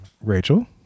Rachel